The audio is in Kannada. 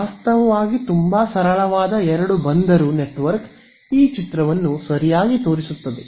ವಾಸ್ತವವಾಗಿ ತುಂಬಾ ಸರಳವಾದ ಎರಡು ಬಂದರು ನೆಟ್ವರ್ಕ್ ಈ ಚಿತ್ರವನ್ನು ಸರಿಯಾಗಿ ತೋರಿಸುತ್ತದೆ